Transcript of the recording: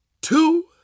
two